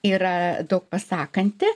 yra daug pasakanti